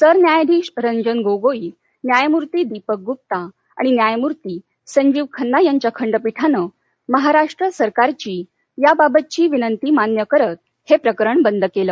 सरन्यायाधीश रंजन गोगोई न्यायमूर्ती दीपक गृप्ता आणि न्यायमूर्ती संजीव खन्ना यांच्या खंडपीठानं महाराष्ट्र सरकारची या बाबतची विनंती मान्य करत हे प्रकरण बंद केलं